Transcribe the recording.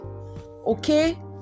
Okay